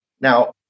Now